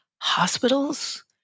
hospitals